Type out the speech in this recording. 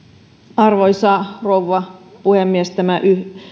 arvoisa rouva puhemies tämä